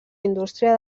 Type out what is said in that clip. indústria